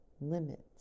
limits